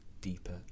deeper